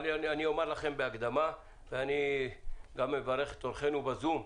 אני גם מברך את אורחינו ב-זום,